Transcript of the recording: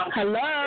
Hello